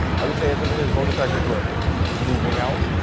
are you saying some of his motorcycles were moving out?